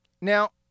Now